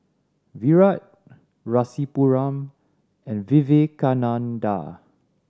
Virat Rasipuram and Vivekananda